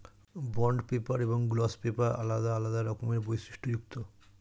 bond paper এবং gloss paper আলাদা আলাদা রকমের বৈশিষ্ট্যযুক্ত